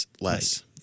less